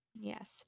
Yes